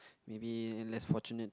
maybe less fortunate